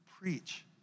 preach